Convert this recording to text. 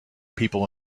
people